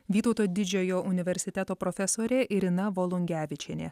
vytauto didžiojo universiteto profesorė irina volungevičienė